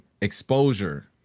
exposure